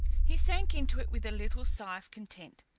he sank into it with a little sigh of content.